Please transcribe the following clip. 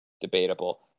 debatable